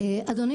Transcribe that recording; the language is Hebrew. אדוני,